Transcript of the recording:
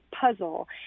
puzzle